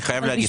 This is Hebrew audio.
אני חייב להגיד,